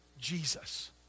Jesus